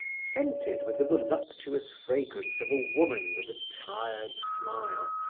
scented with the voluptuous fragrance of a woman with a tired smile,